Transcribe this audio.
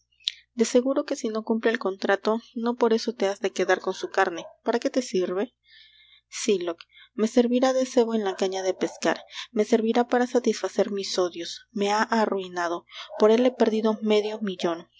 de seguro que si no cumple el contrato no por eso te has de quedar con su carne para qué te sirve sylock me servirá de cebo en la caña de pescar me servirá para satisfacer mis odios me ha arruinado por él he perdido medio millon